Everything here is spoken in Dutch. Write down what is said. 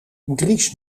dries